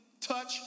touch